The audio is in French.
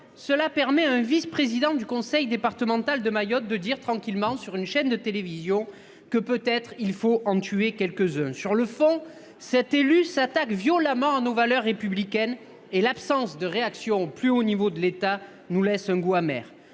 cela permet un vice-président du conseil départemental de Mayotte de dire tranquillement sur une chaîne de télévision que peut être il faut en tuer quelques-uns sur le fond, cet élu s'attaque violemment à nos valeurs républicaines et l'absence de réaction plus au niveau de l'État nous laisse un goût amer.